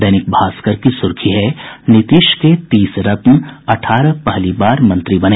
दैनिक भास्कर की सुर्खी है नीतीश के तीस रत्न अठारह पहली बार मंत्री बने